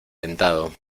dentado